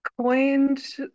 coined